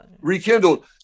Rekindled